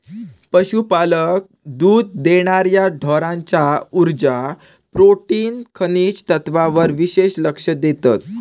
पशुपालक दुध देणार्या ढोरांच्या उर्जा, प्रोटीन, खनिज तत्त्वांवर विशेष लक्ष देतत